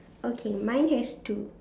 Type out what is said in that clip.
okay mine has two